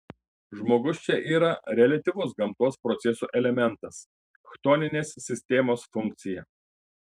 žmogus čia yra reliatyvus gamtos procesų elementas chtoninės sistemos funkcija